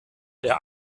der